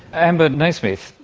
amber naismith,